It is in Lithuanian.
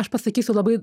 aš pasakysiu labai